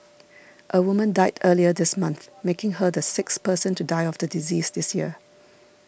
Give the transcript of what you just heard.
a woman died earlier this month making her the sixth person to die of the disease this year